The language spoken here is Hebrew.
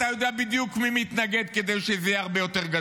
אתה יודע בדיוק מי מתנגד כדי שזה יהיה הרבה יותר: